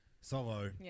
Solo